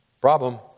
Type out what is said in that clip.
Problem